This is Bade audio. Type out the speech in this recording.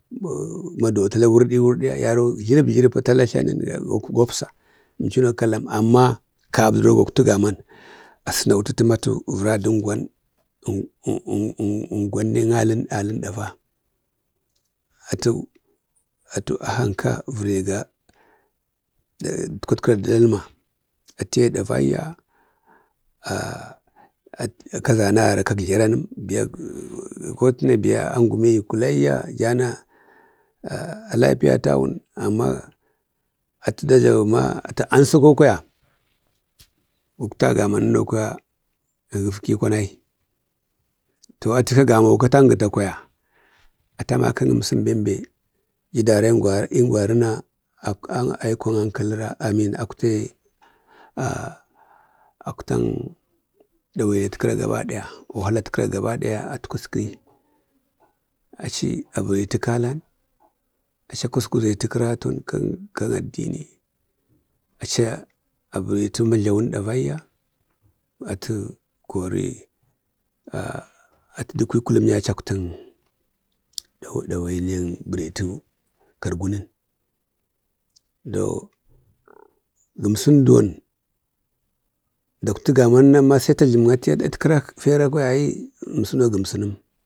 maduwan tala wurdi wurdi ya, yarow jlərəp jlərəpata tlanən go əpsa, əmchuno kallam, amma katuduro gauktu ganan a sunantuto ma atu vara dəngwan ən ən əgwan ɗe alən dava. Atu-atu ahanka vəranga ətkwatkara də ɗalma, atəye ɗaraiya, kazan agara kak jlaran, tiya gə kotutuna atu aŋ gumagi davaiya. Atəjana a lapiyata wun. amma Na atu da jlawuma atuansaka kwaya, gəkta gaman ənno kwaya gəkfi, kwan ai to ataka gamanahi aŋgata kwaya atu amakan əmsən bembe jadarə; əngwarina achi aiko aŋkabara achi akwatak dawainat kəra gaba ɗaya, wahalatkəra gaba ɗaya as mtkəri. Achi bəritu ƙalan, achi a kuzguzatu kəraton kan addinin, achi a baritu majlawan ɗavaiya. wato kori atu dukwi kulum yaye achi akutak dawainiyak baritu ganan na ma sai ata ajləmi i atatkara fera kwaya a ai achumsuno gəmsənəm.